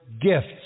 gifts